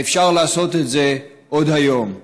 ואפשר לעשות את זה עוד היום.